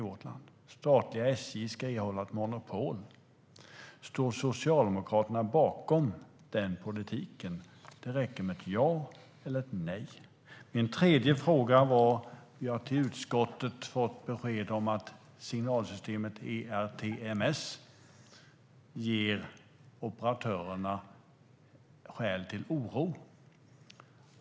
Det statliga SJ ska erhålla ett monopol. Står Socialdemokraterna bakom den politiken? Det räcker med ett ja eller ett nej. Min tredje fråga gäller att vi i utskottet har fått besked om att signalsystemet ERTMS ger operatörerna skäl till oro.